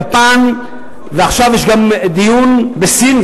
יפן ועכשיו יש גם דיון בסין,